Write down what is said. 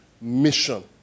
mission